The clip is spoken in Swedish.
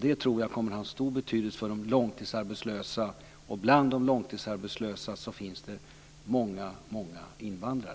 Det tror jag kommer att ha en stor betydelse för de långtidsarbetslösa. Bland de långtidsarbetslösa finns det många invandrare.